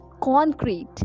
concrete